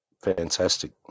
fantastic